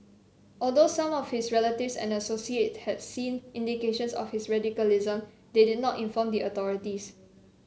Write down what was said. although some of his relatives and associate had seen indications of his radicalism they did not inform the authorities